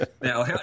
Now